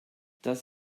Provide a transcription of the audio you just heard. das